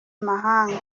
mahanga